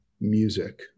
music